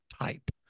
type